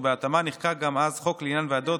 ובהתאמה נחקק גם אז חוק לעניין ועדות